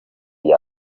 rya